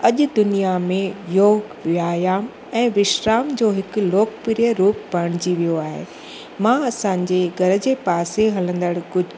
अॼु दुनिया में योगु व्यायाम ऐं विश्राम जो हिकु लोकप्रिय रुप बणिजी वियो आहे मां असांजे घर जे पासे हलंदड़ कुद